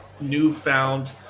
newfound